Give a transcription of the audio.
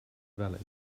valid